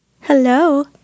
hello